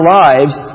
lives